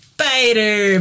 Spider